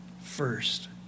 first